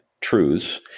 truths